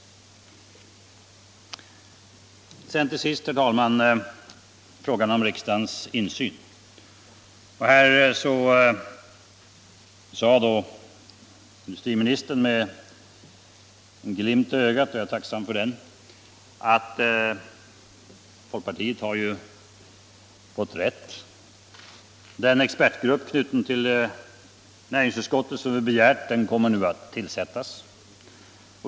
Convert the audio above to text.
Till sist, herr talman, till frågan om riksdagens insyn. Här sade industriministern med en glimt i ögat — jag är tacksam för den — att folkpartiet ju har fått rätt. Den expertgrupp, knuten till näringsutskottet, som vi begärt kommer nu att tillsättas.